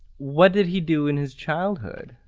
what did he do in his childhood?